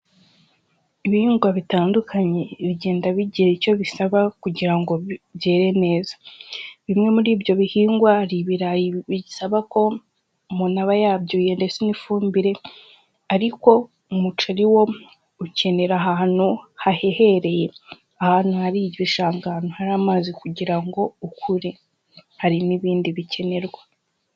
Ibihingwa bitandukanye bigenda bigira icyo bisaba kugira ngo byere neza, bimwe muri ibyo bihingwa hari ibirayi bisaba ko umuntu aba yabyuhiye ndetse n'ifumbire, ariko umuceri wo ukenera ahantu hahehereye, ahantu hari igishanga, ahantu hari amazi kugira ngo ukure, hari n'ibindi bikenerwa.